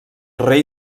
rei